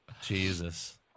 Jesus